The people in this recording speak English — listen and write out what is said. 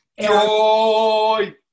Joy